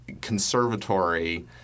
conservatory